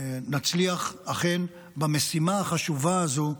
אכן להצליח במשימה החשובה הזו,